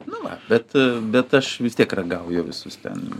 nu va bet bet aš vis tiek ragauju visus ten